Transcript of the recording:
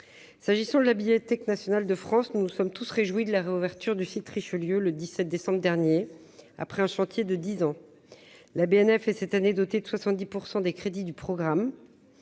s'agissant de la Bibliothèque nationale de France, nous nous sommes tous, se réjouit de la réouverture du site Richelieu le 17 décembre dernier après un chantier de 10 ans la BNF et cette année, doté de 70 % des crédits du programme,